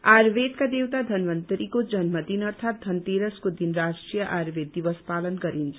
आयुर्वेदका देवता धन्वन्तरीको जन्मदिन अर्थात् धनतेरसको दिन राष्ट्रीय आयुर्वेद दिवस पालन गरिन्छ